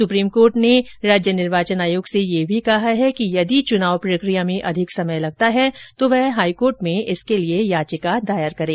supreme court ने राज्य निर्वाचन आयोग से यह भी कहा कि यदि चुनाव प्रक्रिया में अधिक समय लगता है तो वह हाईकोर्ट में याचिका दायर करें